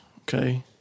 okay